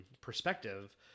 perspective